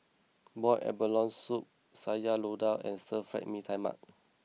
Boiled Abalone Soup Sayur Lodeh and Stir Fry Mee Tai Mak